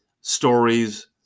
stories